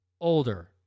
older